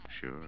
Sure